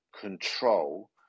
control